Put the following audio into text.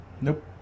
Nope